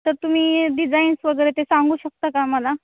तर तुम्ही डिझाईन्स वगैरे ते सांगू शकता का मला